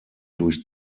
durch